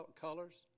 colors